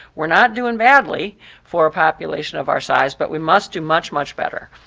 we're not doing badly for a population of our size, but we must do much, much better,